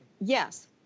yes